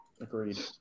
Agreed